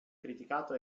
criticato